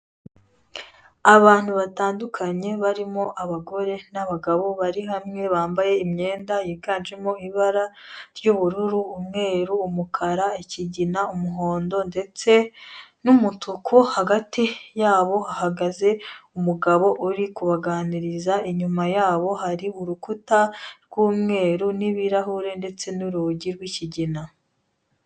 Abantu batandukanye barimo abagore n'abagabo, bari hamwe bambaye imyenda yiganjemo ibara ry'ubururu, umweru, umukara, ikigina, umuhondo ndetse n'umutuku, hagati yabo hahagaze umugabo uri kubaganiriza, inyuma yabo hari urukuta rw'umweru n'ibirahure ndetse n'urugi rw'ikigina.